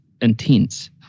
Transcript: intense